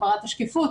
הגברת השקיפות,